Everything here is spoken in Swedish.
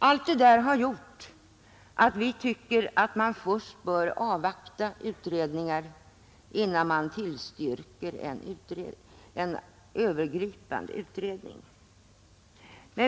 Allt detta har gjort att vi tycker att man först bör avvakta utredningar innan man tillstyrker en övergripande utredning.